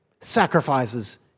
Sacrifices